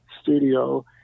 studio